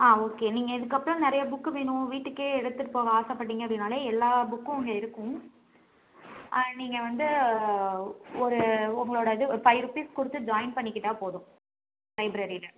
ஆ okay நீங்கள் இதுக்கப்புறோம் நிறையா புக்கு வேணும் வீட்டுக்கே எடுத்துகிட்டு போக ஆசைப்பட்டீங்க அப்படின்னாலே எல்லா புக்கும் இங்கே இருக்கும் நீங்கள் வந்து ஒரு உங்களோடய இது ஒரு ஃபைவ் ருப்பீஸ் கொடுத்து ஜாய்ன் பண்ணிக்கிட்டால் போதும் லைப்ரரியில்